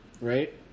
right